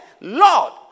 Lord